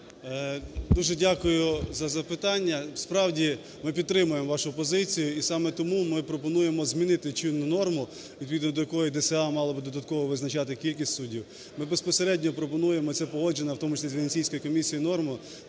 Дуже дякую за запитання. Справді ми підтримуємо вашу позицію, і саме тому ми пропонуємо змінити чинну норму, відповідно до якої ДСА мало би додатково визначати кількість суддів. Ми безпосередньо пропонуємо - це погоджена, в тому числі з Венеційською комісією, норма,